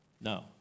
No